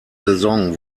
saison